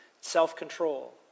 self-control